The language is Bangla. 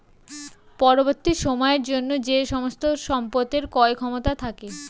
পরবর্তী সময়ের জন্য যে সমস্ত সম্পদের ক্রয় ক্ষমতা থাকে